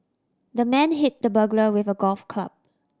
the man hit the burglar with a golf club